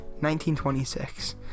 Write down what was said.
1926